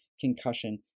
concussion